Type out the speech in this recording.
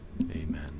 Amen